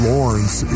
Lawrence